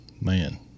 Man